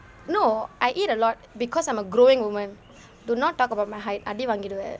no I eat a lot because I'm a growing woman do not talk about my height அடி வாங்கிருவவே:adi vaangiruvae